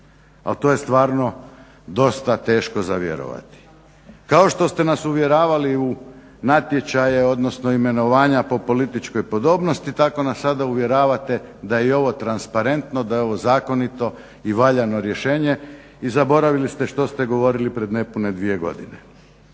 Al to je stvarno dosta teško za vjerovati. Kao što ste nas uvjeravali u natječaje odnosno imenovanja po političkoj podobnosti tako nas sada uvjeravate da je ovo transparentno da je ovo zakonito i valjano rješenje i zaboravili ste što ste govorili pred nepune dvije godine.